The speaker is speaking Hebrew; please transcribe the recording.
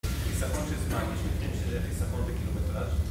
חסכון של זמן, יש מקרים שיהיה חסכון בקילומטראז'